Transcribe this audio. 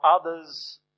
others